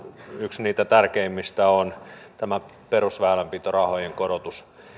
yksi niistä tärkeimmistä on perusväylänpitorahojen korotus